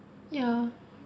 ya